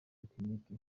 tekiniki